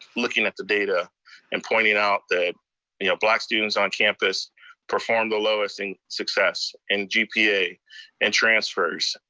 looking at the data and pointing out that you know black students on campus perform the lowest in success in gpa and transfers.